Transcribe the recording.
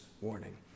warning